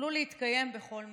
יוכלו להתקיים בכל מצב.